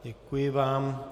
Děkuji vám.